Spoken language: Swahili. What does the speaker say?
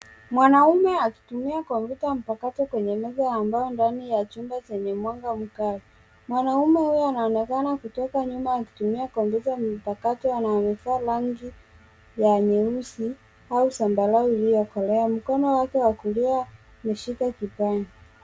Mwanaume akitumia komyuta mpakato kwenye meza ya mbao ndani ya chumba chenye mwanga mkali, mwanaume huyu anaonekana kutoka nyuma akitumia kompyuta mpakato na amevaa rangi ya nyeusi au zambarau iliyokolea. Mkono wake wa kulia umeshika kipanya.